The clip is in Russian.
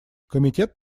комитет